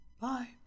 Bye